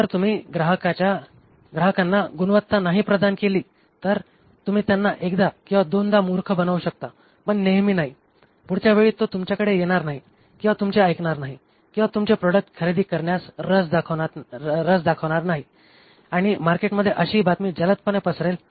जर तुम्ही ग्राहकांना गुणवत्ता नाही प्रदान केली तर तुम्ही त्यांना एकदा किंवा दोनदा मूर्ख बनवू शकता पण नेहमी नाही पुढच्या वेळी तो तुमच्याकडे येणार नाही किंवा तुमचे ऐकणार नाही किंवा तुमचे प्रॉडक्ट खरेदी करण्यात रस दाखवणार नाही आणि मार्केटमध्ये अशी बातमी जलदपणे पसरेल